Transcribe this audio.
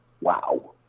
Wow